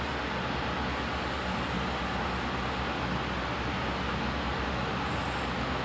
confirm orang macam I don't know they would want you to macam like carry abeh macam fly with them